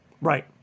Right